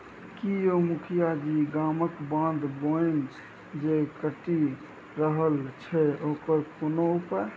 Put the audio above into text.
की यौ मुखिया जी गामक बाध बोन जे कटि रहल छै ओकर कोनो उपाय